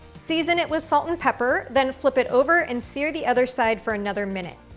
season it with salt and pepper, then flip it over and sear the other side for another minute.